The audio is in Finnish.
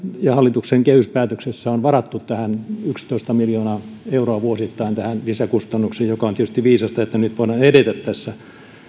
ja hallituksen kehyspäätöksessä on varattu tähän yksitoista miljoonaa euroa vuosittain näihin lisäkustannuksiin mikä on tietysti viisasta että nyt voidaan edetä tässä